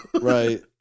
Right